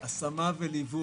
וליווי.